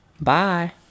bye